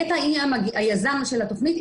נת"ע היא היזם של התוכנית.